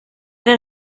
der